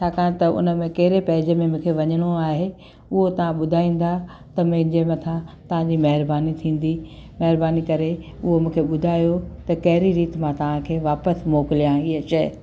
छाकाणि त उन में कहिड़े पेज में मूंखे वञिणो आहे उहो तव्हां ॿुधाईंदा त मुंहिंजे मथां तव्हांजी महिरबानी थींदी महिरबानी करे उहो मूंखे ॿुधायो त कहिड़ी रीति मां तव्हांखे वापसि मोकिलिया इहा शइ